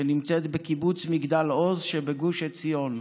שנמצאת בקיבוץ מגדל עוז שבגוש עציון.